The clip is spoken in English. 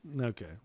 Okay